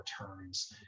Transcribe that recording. returns